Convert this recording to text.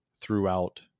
throughout